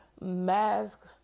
mask